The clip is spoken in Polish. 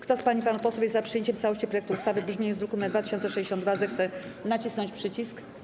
Kto z pań i panów posłów jest za przyjęciem w całości projektu ustawy w brzmieniu z druku nr 2062, zechce nacisnąć przycisk.